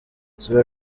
isura